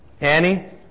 Annie